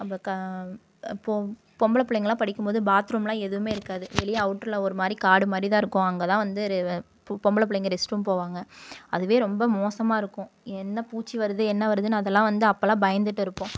அப்போ க பொம் பொம்பளை பிள்ளைங்கள்லாம் படிக்கும் போது பாத்ரூம்லாம் எதுவும் இருக்காது வெளிய அவுட்டரில் ஒரு மாதிரி காடு மாதிரி தான் இருக்கும் அங்கே தான் வந்து பொம்பளை பிள்ளைங்க ரெஸ்ட்ரூம் போவாங்க அதுவே ரொம்ப மோசமாக இருக்கும் என்ன பூச்சி வருது என்ன வருதுன்னு அதெல்லாம் வந்து அப்போலாம் வந்து பயந்துகிட்டு இருப்போம்